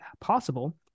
possible